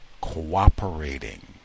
cooperating